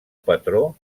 patró